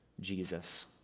Jesus